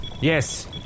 Yes